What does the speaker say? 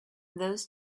those